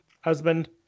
husband